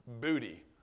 booty